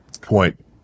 point